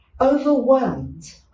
overwhelmed